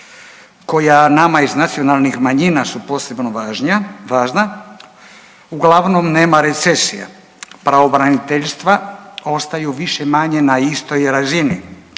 koja nama iz nacionalnih manjina su posebno važna, uglavnom nema recesije, pravobraniteljstva ostaju više-manje na istoj razini,